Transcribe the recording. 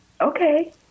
Okay